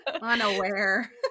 unaware